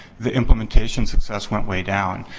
the implementation success went way down.